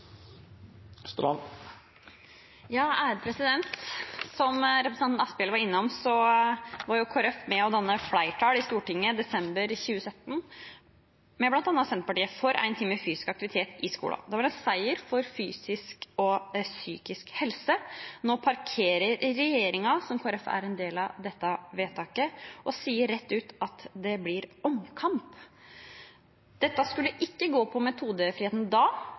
Som representanten Asphjell var innom, var Kristelig Folkeparti i desember 2017 med og dannet flertall i Stortinget, med bl.a. Senterpartiet, for én time fysisk aktivitet i skolen. Det var en seier for fysisk og psykisk helse. Nå parkerer regjeringen, som Kristelig Folkeparti er en del av, dette vedtaket og sier rett ut at det blir omkamp. Da vi inngikk det vedtaket, skulle det ikke gå på metodefriheten,